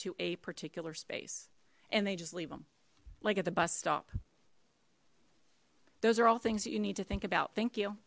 to a particular space and they just leave them like at the bus stop those are all things that you need to think about thank you